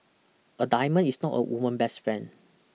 a diamond is not a woman's best friend